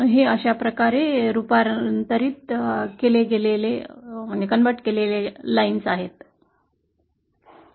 हे अशा प्रकारे रूपांतरण केले जाते